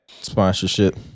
sponsorship